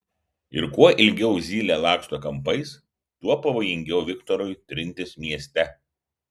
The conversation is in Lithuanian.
ir kuo ilgiau zylė laksto kampais tuo pavojingiau viktorui trintis mieste